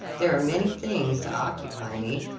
there are many things to occupy me,